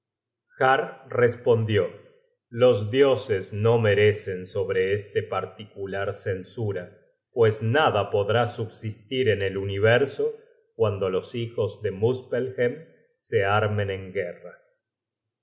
respondió los dioses no merecen sobre este particular censura pues nada podrá subsistir en el universo cuando los hijos de muspelhem se armen en guerra